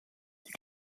die